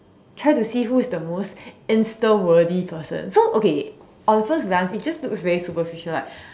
try to see who is the most Insta worthy person so okay on first glance it just looks very superficial like